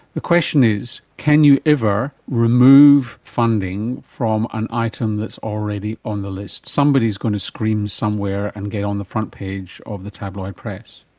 the question is, can you ever remove funding from an item that is already on the list? somebody is going to scream somewhere and get on the front page of the tabloid press.